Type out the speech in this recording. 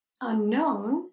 unknown